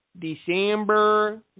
December